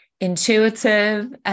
intuitive